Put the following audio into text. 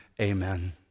Amen